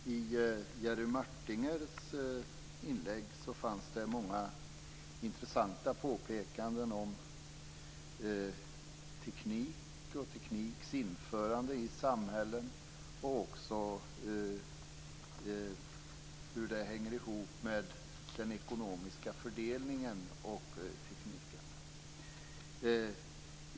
Herr talman! I Jerry Martingers inlägg gjordes många intressanta påpekanden om teknik och införing av teknik i samhällen och även om hur tekniken hänger ihop med den ekonomiska fördelningen.